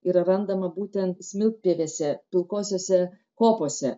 yra randama būtent smiltpievėse pilkosiose kopose